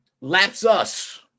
lapsus